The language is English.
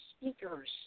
speakers